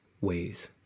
ways